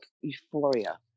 euphoria